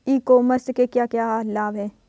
ई commerce के क्या क्या लाभ हैं?